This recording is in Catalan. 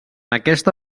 aquesta